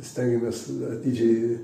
stengėmės atidžiai